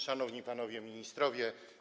Szanowni Panowie Ministrowie!